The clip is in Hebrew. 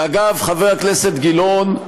אגב, חבר הכנסת גילאון,